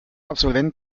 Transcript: absolvent